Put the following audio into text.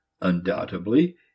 Undoubtedly